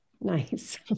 nice